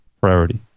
Priority